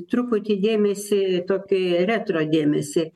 truputį dėmesį tokiai retro dėmesį